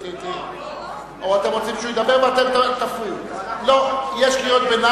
לא, או שאתם רוצים שהוא ידבר ואתם תפריעו?